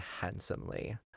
handsomely